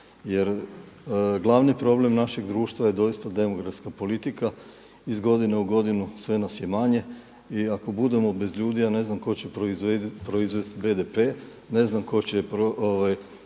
Jer glavni problem našeg društva je doista demografska politika, iz godine u godinu sve nas je manje. I ako budemo bez ljudi ja ne znam tko će proizvest BDP, ne znam tko će napravit